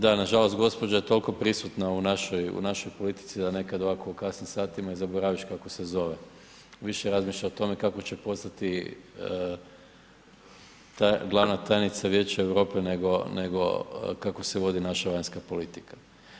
Da, nažalost gđa. je toliko prisutna u našoj politici da nekad ovako u kasnim satima i zaboraviš kako se zove, više razmišlja o tome kako će postati glavna tajnica Vijeća Europe nego kako se vodi naša vanjska politika.